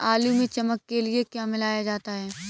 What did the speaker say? आलू में चमक के लिए क्या मिलाया जाता है?